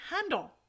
handle